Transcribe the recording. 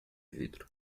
vidro